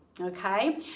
okay